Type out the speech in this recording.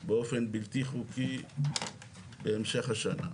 באופן בלתי חוקי בהמשך השנה.